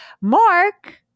Mark